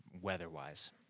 weather-wise